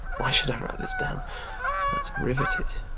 why should i write this down that's riveted,